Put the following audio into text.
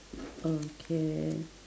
okay